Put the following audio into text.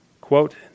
Quote